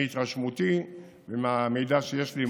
מהתרשמותי ומהמידע שיש לי,